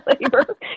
labor